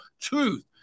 truth